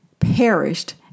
perished